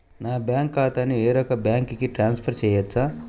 నా బ్యాంక్ ఖాతాని వేరొక బ్యాంక్కి ట్రాన్స్ఫర్ చేయొచ్చా?